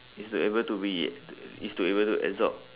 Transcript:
is to able to be is to able to absorb